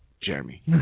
Jeremy